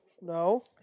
No